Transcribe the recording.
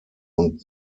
und